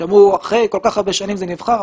שאמרו שאחרי כל כך הרבה שנים זה נבחר.